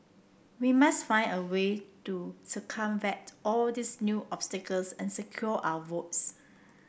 we must find a way to circumvent all these new obstacles and secure our votes